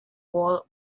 wall